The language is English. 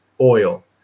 oil